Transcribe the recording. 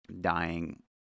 dying